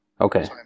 Okay